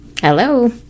Hello